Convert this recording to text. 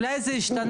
אולי זה השתנה,